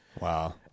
Wow